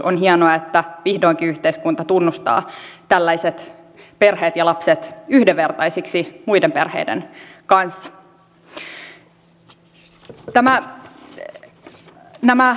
on hienoa että vihdoinkin yhteiskunta tunnustaa tällaiset perheet ja lapset yhdenvertaisiksi muiden perheiden kanssa